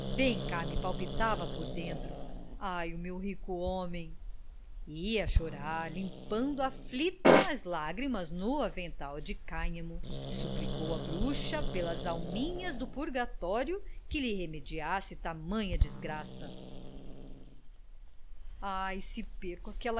bem cá me palpitava por dentro ai o meu rico homem e a chorar limpando aflita as lágrimas no avental de cânhamo suplicou à bruxa pelas alminhas do purgatório que lhe remediasse tamanha desgraça ai se perco aquela